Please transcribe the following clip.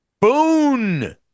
boon